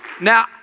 Now